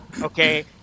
Okay